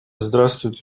здравствует